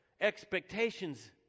expectations